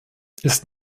ist